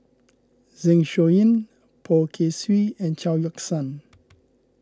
Zeng Shouyin Poh Kay Swee and Chao Yoke San